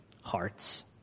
hearts